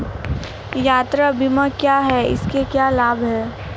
यात्रा बीमा क्या है इसके क्या लाभ हैं?